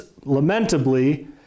lamentably